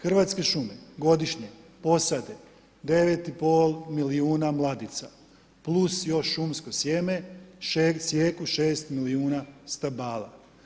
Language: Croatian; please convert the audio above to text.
Hrvatske šume godišnje posade 9,5 milijuna mladica, plus još šumsko sjeme, sijeku 6 milijuna stabala.